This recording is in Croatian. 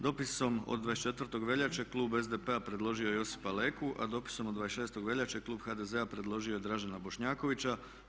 Dopisom od 24. veljače klub SDP-a predložio je Josipa Leku, a dopisom od 26. veljače klub HDZ-a predložio je Dražena Bošnjakovića.